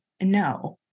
no